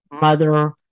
mother